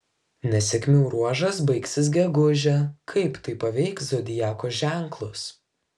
nesėkmių ruožas baigsis gegužę kaip tai paveiks zodiako ženklus